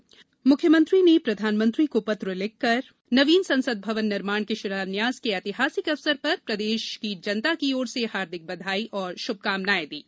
म्रुख्यमंत्री ने प्रधानमंत्री को पत्र लिखकर नवीन संसद भवन निर्माण के शिलान्यास के ऐतिहासिक अवसर पर प्रदेश जनता की ओर से हार्दिक बधाई और श्रभकामनाएं दीं